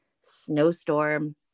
snowstorm